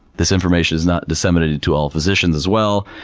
this information is not disseminated to all physicians as well.